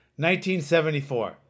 1974